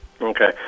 Okay